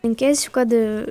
linkėsiu kad